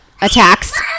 attacks